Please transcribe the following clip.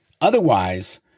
Otherwise